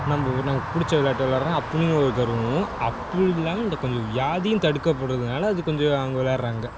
நம்ம நமக்கு பிடிச்ச விளாட்டு விளாட்றோம் அப்புடினு ஒரு கர்வமும் அப்படி இல்லாமல் இந்த கொஞ்சம் வியாதியும் தடுக்கப்படுவதனால அது கொஞ்சம் அவங்க விளாட்றாங்க